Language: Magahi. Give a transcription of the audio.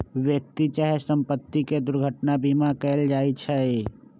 व्यक्ति चाहे संपत्ति के दुर्घटना बीमा कएल जाइ छइ